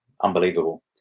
unbelievable